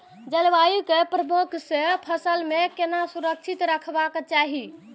जलवायु के प्रकोप से फसल के केना सुरक्षित राखल जाय छै?